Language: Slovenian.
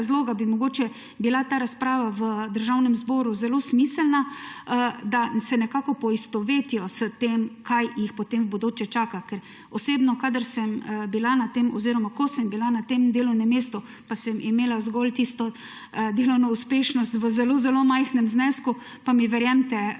razloga bi mogoče bila ta razprava v Državnem zboru zelo smiselna, da se nekako poistovetijo s tem, kaj jih potem v bodoče čaka. Ko sem bila na delovnem mestu pa sem imela zgolj tisto delovno uspešnost v zelo zelo majhnem znesku, pa mi verjemite,